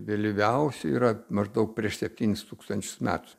vėlyviausi yra maždaug prieš septynis tūkstančius metų